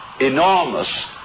enormous